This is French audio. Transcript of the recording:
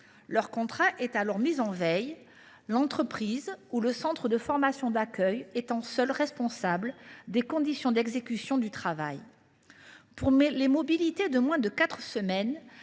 Leur contrat est alors « mis en veille », l’entreprise ou le centre de formation d’accueil étant alors seul responsable des conditions d’exécution du travail. Pour les mobilités de moins de quatre semaines,